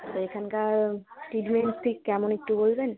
তো এখানকার ট্রিটমেন্ট ঠিক কেমন একটু বলবেন